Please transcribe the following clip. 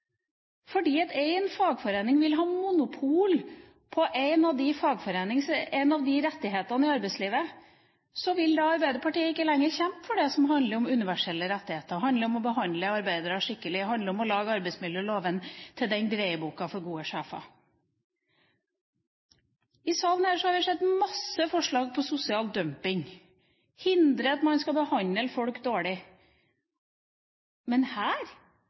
Fordi en fagforening ville ha monopol på en av de rettighetene i arbeidslivet, vil Arbeiderpartiet ikke lenger kjempe for det som handler om universelle rettigheter, som handler om å behandle arbeidere skikkelig, som handler om å lage arbeidsmiljøloven til en dreiebok for gode sjefer. I salen her har jeg sett masse forslag til å hindre sosial dumping og at man behandler folk dårlig, men her